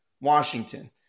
Washington